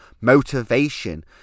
motivation